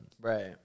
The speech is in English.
right